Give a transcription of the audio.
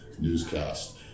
newscast